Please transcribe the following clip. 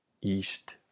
East